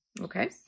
okay